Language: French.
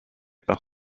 par